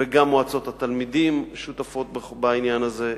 וגם מועצות התלמידים שותפות בעניין הזה,